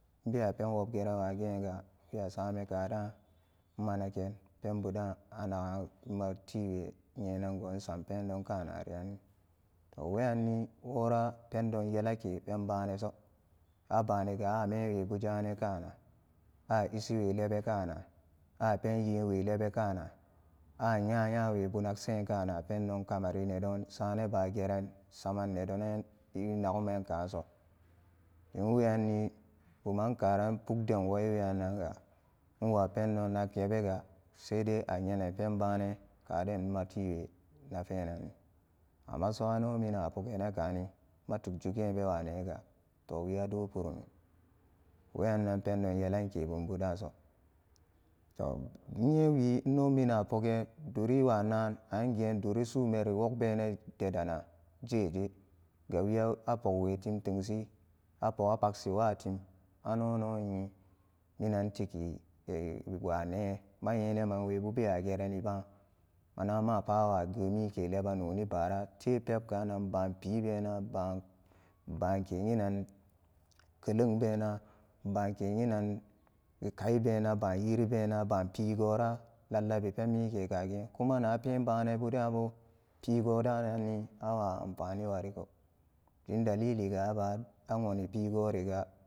Nbewa pen wobgeran wa geenga wia sana karan nma nagan penbudaan anaga nma tiwe nyenan go nsam pendonkanari anni weyanni wora pen don yelan ke pen baananso a baniya a memwebu jaanan kana a ishi we laban kaana a penyenwe leban kaana a nyanya we bu nak sinkaana pendon kamari pnedon saranan bageran saman nedonan i naguman kaanso dim weyanni buman kara pukden weyi we yannanga nwa pendon naken bega sedai nyenan pen baanan den nma tiwe nafeenan amma so ano mi pogana kaani nmu tuk jugeennawu nega toh wi ado purumi weyannan pendon nyelan ke bumbu daanso to nye wi nnolmi na pogan duri duri waa naan angen sumeri wogbenan de dana jeje gawi apog we tim teng shi apok a pak si wa tim nnono minan tigi wa ne ma nyenan manwe bubewa geran i baan mana mapa awa geen mi ke leban noni bara tebeb kaanan baan pii bena baan ke yinan keleng bema baan ke nyinan kayi bena bake yiri bena baan ke pigoora lallabi pen mikekagi kumana pen banan budaanbo pigoodaan nanni awa amfani wariko dim dalili ga aba a woni pigoriga.